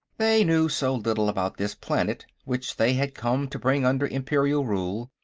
they knew so little about this planet which they had come to bring under imperial rule.